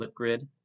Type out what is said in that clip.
flipgrid